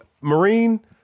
Marine